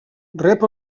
rep